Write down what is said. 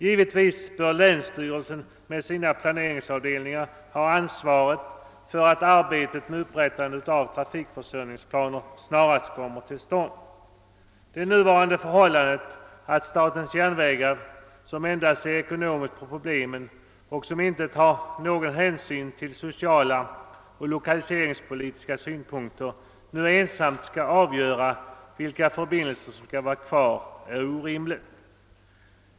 Givetvis bör länsstyrelserna med sina planeringsavdelningar ha ansvaret för att arbetet med upprättandet av dessa trafikförsörjningsplaner snarast kommer till stånd. Det nuvarande förhållandet att statens järnvägar, som endast ser ekonomiskt på problemen och som inte tar någon hänsyn till sociala eller lokaliseringspolitiska synpunkter, är den instans som ensam avgör vilka förbindelser som skall vara kvar är orimligt.